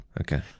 Okay